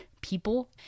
people